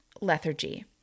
lethargy